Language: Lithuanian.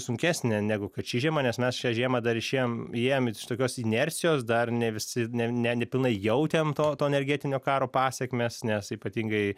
sunkesnė negu kad ši žiema nes mes šią žiemą dar išėjom į ėjom iš tokios inercijos dar ne visi ne ne nepilnai jautėm to to energetinio karo pasekmes nes ypatingai